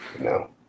No